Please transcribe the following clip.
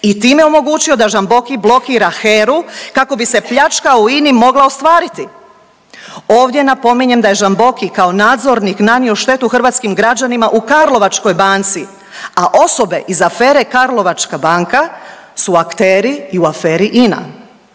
i time omogućio da Žamboki blokira HERA-u kako bi se pljačka u INA-i mogla ostvariti. Ovdje napominjem da je Žamboki kao nadzornik nanio štetu hrvatskim građanima u Karlovačkoj banci, a osobe iz afere Karlovačka banka su akteri i u aferi INA.